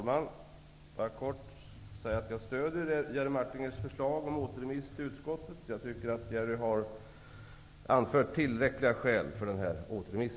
Herr talman! Jag stöder Jerry Martingers förslag om återremiss till utskottet. Jerry Martinger har anfört tillräckliga skäl för återremiss.